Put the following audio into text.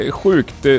sjukt